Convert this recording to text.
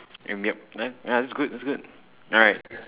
mm yup ya that's good that's good alright